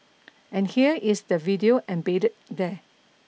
and here is the video embedded there